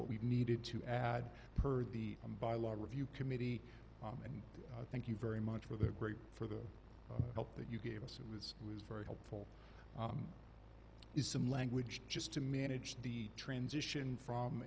what we needed to add per the them by law review committee and thank you very much for the great for the help that you gave us it was was very helpful is some language just to manage the transition from